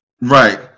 right